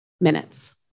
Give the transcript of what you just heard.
minutes